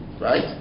right